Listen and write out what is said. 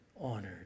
honored